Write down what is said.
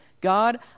God